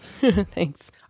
Thanks